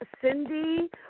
Cindy